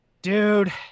Dude